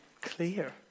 clear